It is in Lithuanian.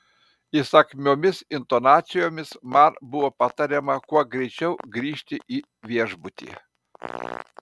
įsakmiomis intonacijomis man buvo patariama kuo greičiau grįžti į viešbutį